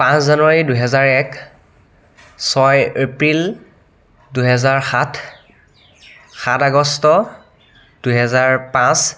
পাঁচ জানুৱাৰী দুই হেজাৰ এক ছয় এপ্ৰিল দুই হেজাৰ সাত সাত আগষ্ট দুই হেজাৰ পাঁচ